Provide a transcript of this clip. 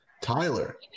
Tyler